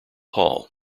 hall